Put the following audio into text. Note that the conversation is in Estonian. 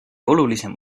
olulisem